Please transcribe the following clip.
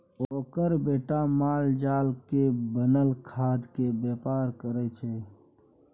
ओकर बेटा मालजालक बनल खादकेर बेपार करय छै